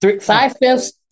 Five-fifths